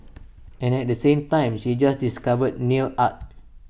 and at the same time she just discovered nail art